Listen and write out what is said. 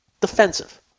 Defensive